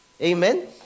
Amen